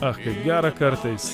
ach kaip gera kartais